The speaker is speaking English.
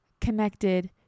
connected